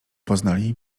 poznali